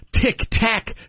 Tick-tack